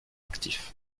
actif